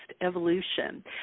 evolution